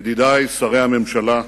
ידידי שרי הממשלה,